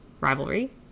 rivalry